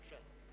בבקשה.